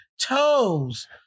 toes